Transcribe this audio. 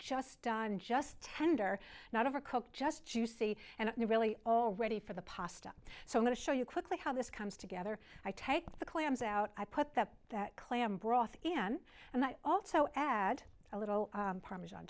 just just tender not overcooked just juicy and really all ready for the pasta so i'm going to show you quickly how this comes together i take the clams out i put that that clam broth in and i also add a little parmesan